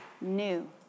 new